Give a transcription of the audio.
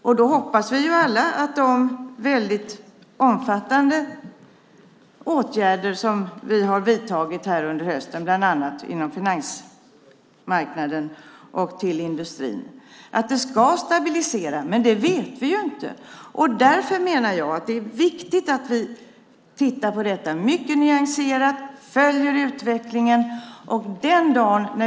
Vi hoppas alla att de väldigt omfattande åtgärder som vi har vidtagit under hösten, bland annat på finansmarknaden och för industrin, ska stabilisera, men det vet vi inte. Därför menar jag att det är viktigt att vi tittar på detta mycket nyanserat och följer utvecklingen.